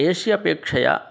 एश्यपेक्षया